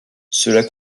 cela